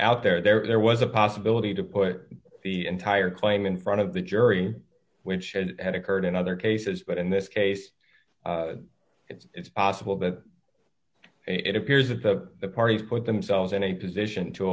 out there there there was a possibility to put the entire claim in front of the jury which had occurred in other cases but in this case it's possible that it appears that the parties put themselves in a position to